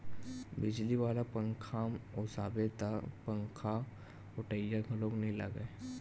बिजली वाला पंखाम ओसाबे त पंखाओटइया घलोक नइ लागय